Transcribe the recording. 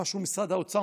מה שהוא משרד האוצר,